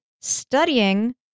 studying